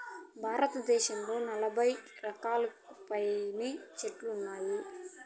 భారతదేశంలో నలబై రకాలకు పైనే చెట్లు ఉన్నాయి